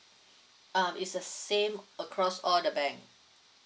uh is the same across all the bank